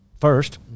first